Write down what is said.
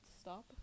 stop